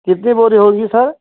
कितनी बोरी होंगी सर